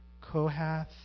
Kohath